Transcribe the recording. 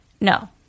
No